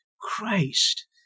Christ